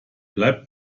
bleib